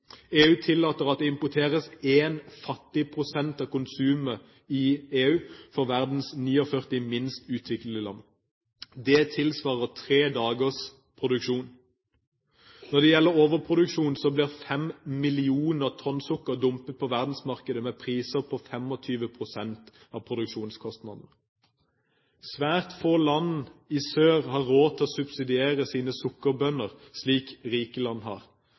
EU tillater at det importeres én fattig prosent av konsumet i EU fra verdens 49 minst utviklede land. Det tilsvarer tre dagers EU-produksjon. Når det gjelder overproduksjon, blir 5 mill. tonn sukker dumpet på verdensmarkedet med priser på 25 pst. av produksjonskostnadene. Svært få land i sør har råd til å subsidiere sine sukkerbønder slik rike land har,